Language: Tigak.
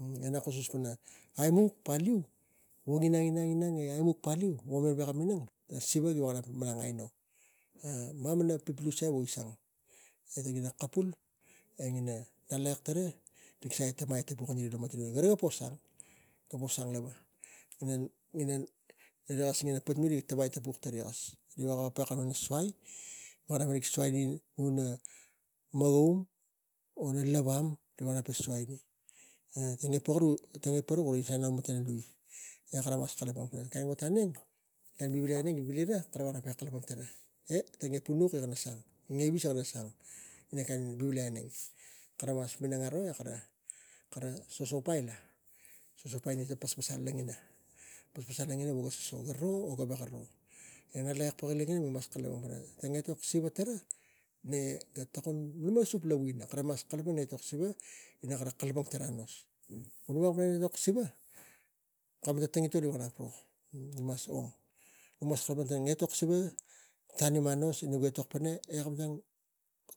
E nak kuskus pana aimuk paliu e wo gi inang inan e aimuk paliu naga minang vo mem gavek lo minang, siva gi veko malanng aino mama na puk lusai gi sang riga kapul e ina ngalakek rik ke tapuk lo matari siva riga po sang riga pon sang lava e inan non i kara patmaniu riga save ina ong as ina riga veko suai gara mik suai ani na mogaum vo ri lavam e taug, suai tang e paruk gi tokon lo matan lui e kara mas kalapang kain ot auneng e gara kara vili kara veko kalapang tana e rik e punuk e rig sang lo taun ne kain vivilai auneng. Kara mas minang aro e kara sospai, sosopai ina pasal paspasai wogi ro wo o gaveko ro. E ngalakek pakik gara logina rik kalapang pana etok siva tara ina kara kalapang tana e vo nuk veko kalapang ina etok siva kamatan ot alu mik mas wo mik kalapang ina etok siva tanim anos e mi veko kalapang ani kami tang